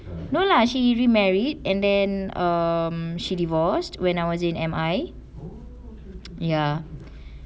no lah she remarried and then um she divorced when I was in M_I ya